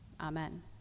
Amen